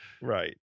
Right